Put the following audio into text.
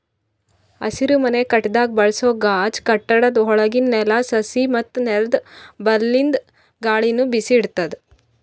ಹಸಿರುಮನೆ ಕಟ್ಟಡದಾಗ್ ಬಳಸೋ ಗಾಜ್ ಕಟ್ಟಡ ಒಳಗಿಂದ್ ನೆಲ, ಸಸಿ ಮತ್ತ್ ನೆಲ್ದ ಬಲ್ಲಿಂದ್ ಗಾಳಿನು ಬಿಸಿ ಇಡ್ತದ್